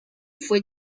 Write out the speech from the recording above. fue